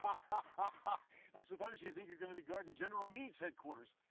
but i suppose you think you're gonna be guarding general meade's headquarters,